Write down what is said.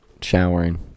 showering